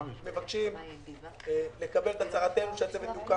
מבקשים שתקבלו את הצהרתנו על כך שהצוות הוקם